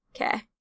Okay